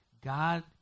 God